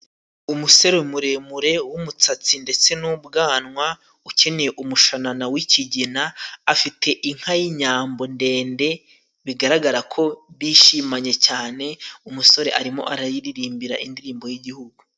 Umusore muremure w'umusatsi ndetse n'ubwanwa ukenyeye umushanana w'ikigina, afite inka y'inyambo ndende bigaragarako bishimanye cyane. Umusore arimo arayiririmbira indirimbo y'igihugu.